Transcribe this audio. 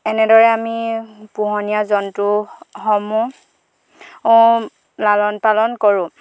এনেদৰে আমি পোহনীয়া জন্তুসমূহ লালন পালন কৰোঁ